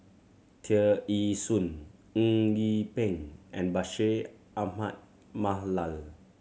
Tear Ee Soon Eng Yee Peng and Bashir Ahmad Mallal